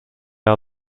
are